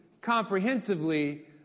comprehensively